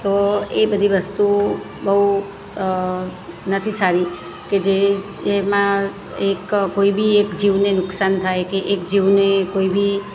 તો એ બધી વસ્તુ બહુ નથી સારી કે જે એમાં એક કોઈ બી એક જીવને નુકસાન થાય કે એક જીવને કોઈ બી